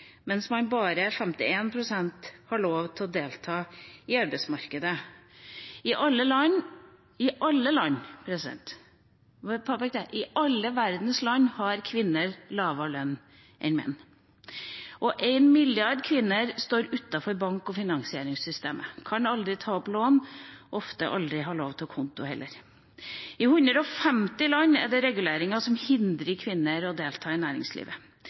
bare 51 pst. har lov til å delta på arbeidsmarkedet. I alle verdens land – i alle verdens land, jeg må påpeke det – har kvinner lavere lønn enn menn. 1 milliard kvinner står utenfor bank- og finansieringssystemet. De kan aldri ta opp lån, har ofte heller ikke lov til å ha konto. I 150 land er det reguleringer som hindrer kvinner i å delta i næringslivet.